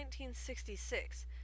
1966